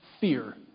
fear